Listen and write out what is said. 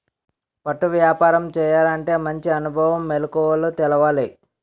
పట్టు వ్యాపారం చేయాలంటే మంచి అనుభవం, మెలకువలు తెలవాలి